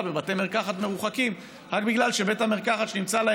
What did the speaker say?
בבתי מרקחת מרוחקים רק בגלל שבית המרקחת שנמצא להם